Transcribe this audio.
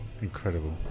incredible